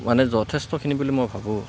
মানে যথেষ্টখিনি বুলি মই ভাবোঁ